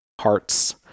hearts